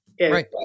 Right